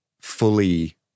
fully